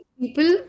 people